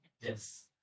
Yes